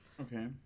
okay